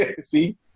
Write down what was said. See